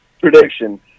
Prediction